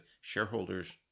shareholders